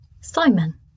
Simon